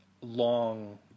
long